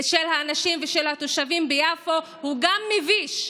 של האנשים ושל התושבים ביפו גם הוא מביש,